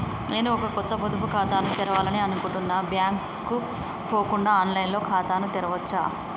నేను ఒక కొత్త పొదుపు ఖాతాను తెరవాలని అనుకుంటున్నా బ్యాంక్ కు పోకుండా ఆన్ లైన్ లో ఖాతాను తెరవవచ్చా?